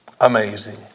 amazing